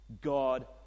God